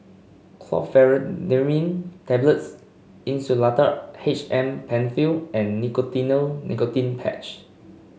Chlorpheniramine Tablets Insulatard H M Penfill and Nicotinell Nicotine Patch